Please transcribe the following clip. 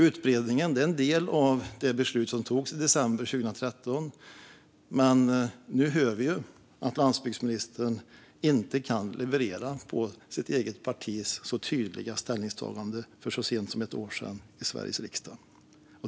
Utbredningen är en del av det beslut som togs i december 2013, men nu hör vi att landsbygdsministern inte kan leverera på sitt eget partis tydliga ställningstagande så sent som för ett år sedan i Sverige riksdag.